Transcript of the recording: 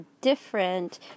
different